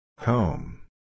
Home